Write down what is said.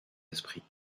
esprits